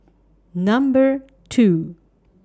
Number two